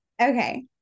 Okay